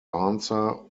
answer